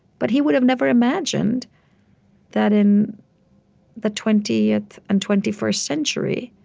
but he would have never imagined that in the twentieth and twenty first century,